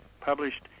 published